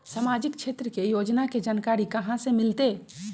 सामाजिक क्षेत्र के योजना के जानकारी कहाँ से मिलतै?